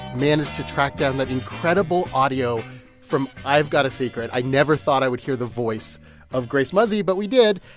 managed to track down that incredible audio from i've got a secret. i never thought i would hear the voice of grace muzzey, but we did.